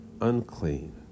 unclean